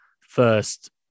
first